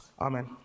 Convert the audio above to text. Amen